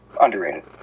Underrated